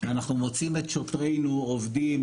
אנחנו מוצאים את שוטרינו עובדים